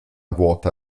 vuota